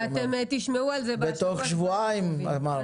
אתם תשמעו על זה בשבוע-שבועיים הקרובים.